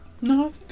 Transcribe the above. No